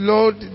Lord